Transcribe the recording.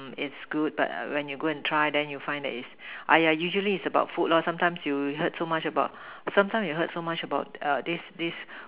mm is good but when you go and try then you find that it's !Aiya! usually it's about food lah sometimes you heard so much about sometimes you heard so much about err this this